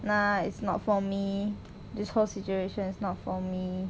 nah it's not for me this whole situation is not for me